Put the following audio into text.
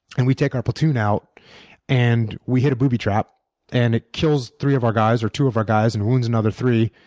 and we take our platoon out and we hit a booby trap and it kills three of our guys, or two of our guys and wounds another three,